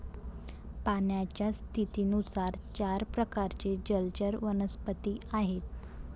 पाण्याच्या स्थितीनुसार चार प्रकारचे जलचर वनस्पती आहेत